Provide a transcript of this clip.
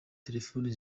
telefoni